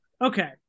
Okay